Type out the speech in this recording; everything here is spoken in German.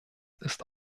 ist